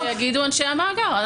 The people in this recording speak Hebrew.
לא יודעת, שיגידו אנשי המאגר.